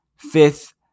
Fifth